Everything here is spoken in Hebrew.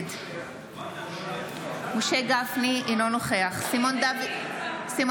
נגד משה גפני, אינו נוכח סימון דוידסון,